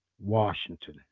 Washington